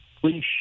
Please